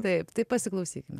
taip tai pasiklausykime